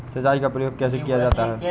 सिंचाई का प्रयोग कैसे किया जाता है?